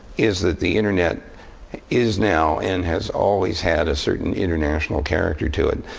is that the internet it is now and has always had a certain international character to it.